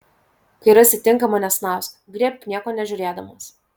kai rasi tinkamą nesnausk griebk nieko nežiūrėdamas